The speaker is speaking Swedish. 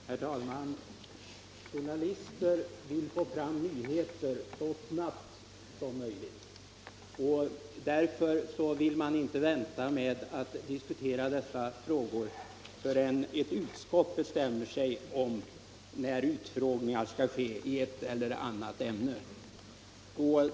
Herr talman! Journalister vill få fram nyheter så snabbt som möjligt. Därför vill de inte vänta med att diskutera vissa frågor tills ett utskott bestämmer sig om och när utfrågningar skall ske i ett eller annat ämne.